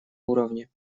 уровне